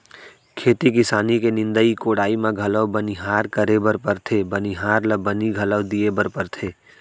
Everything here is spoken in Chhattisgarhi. खेती किसानी के निंदाई कोड़ाई म घलौ बनिहार करे बर परथे बनिहार ल बनी घलौ दिये बर परथे